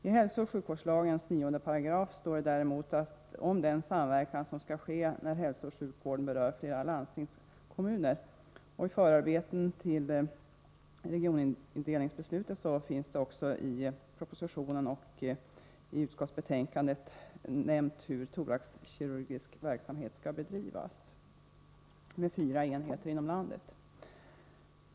I hälsooch sjukvårdslagens 9 § står det däremot om den samverkan som skall ske när hälsooch sjukvården berör flera landstingskommuner. I förarbetena till regionindelningsbeslutet nämns — i propositionen och i utskottsbetänkandet — hur thoraxkirurgisk verksamhet skall bedrivas med fyra enheter inom landet.